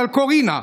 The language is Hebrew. אבל קורינה.